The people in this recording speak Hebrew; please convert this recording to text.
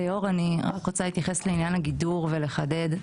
אני רוצה להתייחס לעניין הגידור ולחדד.